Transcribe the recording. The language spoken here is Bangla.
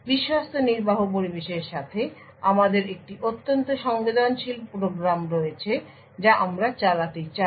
বিশ্বস্ত নির্বাহ পরিবেশের সাথে আমাদের একটি অত্যন্ত সংবেদনশীল প্রোগ্রাম রয়েছে যা আমরা চালাতে চাই